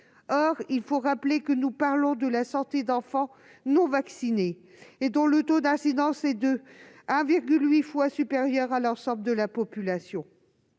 Or il faut rappeler que nous parlons de la santé d'enfants non vaccinés, et dont le taux d'incidence est 1,8 fois supérieur à l'ensemble de la population.